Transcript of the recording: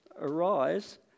arise